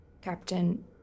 Captain